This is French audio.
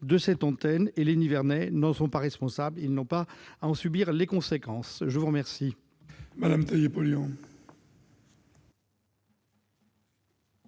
de cette antenne. Les Nivernais n'en étant pas responsables, ils n'ont pas à en subir les conséquences ! La parole